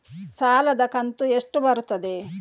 ಸಾಲದ ಕಂತು ಎಷ್ಟು ಬರುತ್ತದೆ?